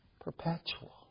Perpetual